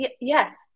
Yes